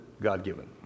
God-given